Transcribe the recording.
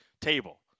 table